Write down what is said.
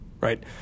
right